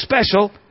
special